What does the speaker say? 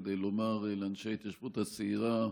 כדי לומר לאנשי ההתיישבות הצעירה: